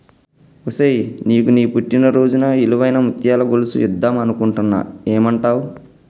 ఒసేయ్ నీకు నీ పుట్టిన రోజున ఇలువైన ముత్యాల గొలుసు ఇద్దం అనుకుంటున్న ఏమంటావ్